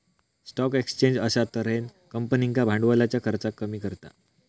stock exchange अश्या तर्हेन कंपनींका भांडवलाच्या खर्चाक कमी करता